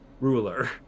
ruler